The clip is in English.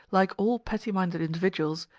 like all petty-minded individuals,